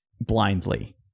blindly